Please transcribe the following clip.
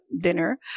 dinner